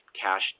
cash